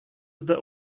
zde